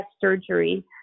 surgery